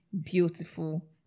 beautiful